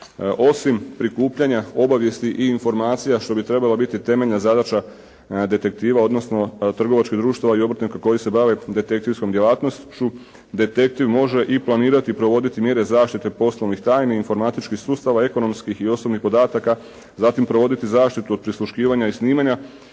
Osim prikupljanja obavijesti i informacija što bi trebala biti temeljna zadaća detektiva, odnosno trgovačkih društava i obrtnika koji se bave detektivskom djelatnošću detektiv može i planirati i provoditi mjere zaštite poslovnih tajni, informatičkih sustava, ekonomskih i osobnih podataka, zatim provoditi zaštitu od prisluškivanja i snimanja,